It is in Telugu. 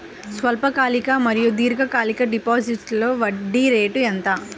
స్వల్పకాలిక మరియు దీర్ఘకాలిక డిపోజిట్స్లో వడ్డీ రేటు ఎంత?